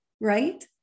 right